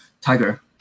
Tiger